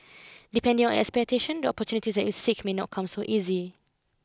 depending on your expectations the opportunities that you seek may not come so easy